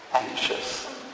Anxious